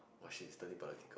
!wah! shit it's turning politic